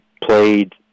played